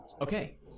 Okay